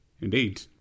Indeed